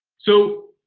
so,